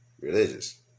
Religious